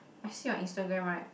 I see your Instagram [right]